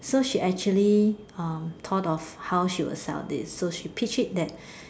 so she actually um thought of how she would sell this so she pitched it that